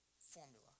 formula